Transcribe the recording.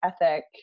ethic